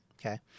okay